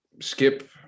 Skip